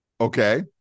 Okay